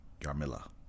Yarmila